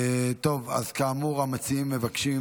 כאמור, המציעים מבקשים